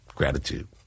Gratitude